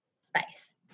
space